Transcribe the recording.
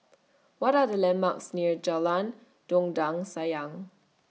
What Are The landmarks near Jalan Dondang Sayang